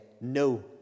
no